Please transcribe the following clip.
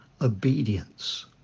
obedience